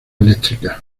electric